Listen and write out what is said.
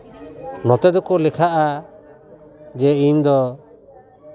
ᱱᱚᱛᱮ ᱫᱚᱠᱚ ᱞᱮᱠᱷᱟᱜᱼᱟ ᱡᱮ ᱤᱧ ᱫᱚ